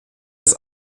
des